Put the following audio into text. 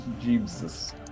Jesus